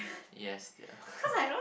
yes dear